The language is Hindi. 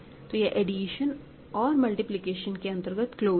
तो यह एडिशन और मल्टीप्लिकेशन के अंतर्गत क्लोज्ड है